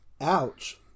Ouch